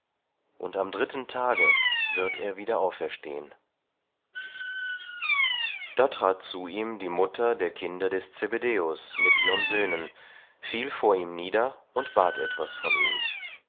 und am dritten tage wird er wieder auferstehen da trat zu ihm die mutter der kinder des zebedäus mit ihren söhnen fiel vor ihm nieder und bat etwas von ihm